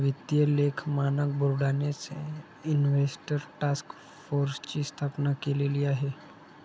वित्तीय लेख मानक बोर्डानेच इन्व्हेस्टर टास्क फोर्सची स्थापना केलेली आहे